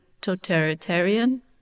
totalitarian